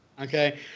Okay